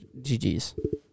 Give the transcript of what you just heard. GGs